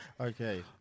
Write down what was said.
Okay